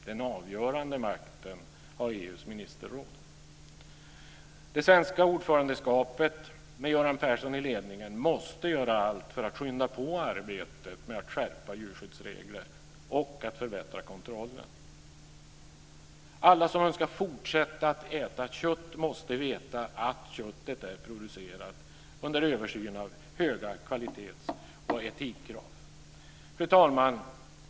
Den avgörande makten har EU:s ministerråd. Det svenska ordförandeskapet med Göran Persson i ledningen måste göra allt för att skynda på arbetet med att skärpa djurskyddsregler och att förbättra kontrollen. Alla som önskar fortsätta att äta kött måste veta att köttet är producerat under översyn av höga kvalitets och etikkrav. Fru talman!